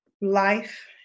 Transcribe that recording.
life